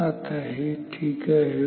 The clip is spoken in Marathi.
आता हे ठीक आहे